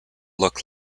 look